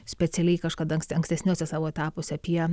specialiai kažkada ankstesniuose savo etapuose apie